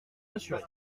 rassuré